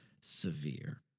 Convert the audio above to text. severe